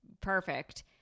perfect